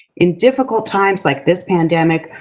in difficult times like this pandemic,